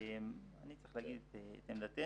אני צריך להגיד את עמדתנו.